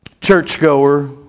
churchgoer